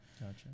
Gotcha